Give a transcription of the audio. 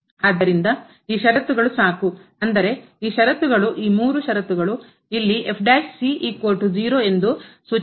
ಆದ್ದರಿಂದ ಈ ಷರತ್ತುಗಳು ಸಾಕು ಅಂದರೆ ಈ ಷರತ್ತುಗಳು ಈ ಮೂರು ಷರತ್ತುಗಳು ಇಲ್ಲಿ ಎಂದು ಸೂಚಿಸುತ್ತವೆ